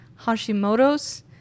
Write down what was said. Hashimoto's